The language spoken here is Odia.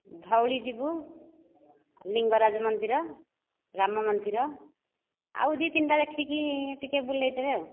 ଧଉଳି ଯିବୁ ଲିଙ୍ଗରାଜ ମନ୍ଦିର ରାମ ମନ୍ଦିର ଆଉ ଦୁଇ ତିନିଟା ଦେଖିକି ଟିକିଏ ବୁଲେଇଦେବେ ଆଉ